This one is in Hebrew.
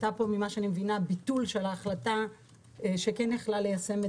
ממה שאני מבינה היה פה ביטול של ההחלטה שיכלה ליישם את